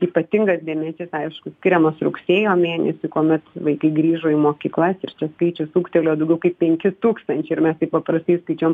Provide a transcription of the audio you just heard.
ypatingas dėmesys aišku skiriamas rugsėjo mėnesį kuomet vaikai grįžo į mokyklas ir čia skaičius ugtelėjo daugiau kaip penki tūkstančiai ir mes taip paprastai skaičiuojam